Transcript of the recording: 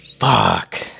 Fuck